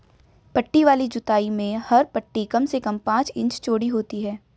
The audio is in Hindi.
पट्टी वाली जुताई में हर पट्टी कम से कम पांच इंच चौड़ी होती है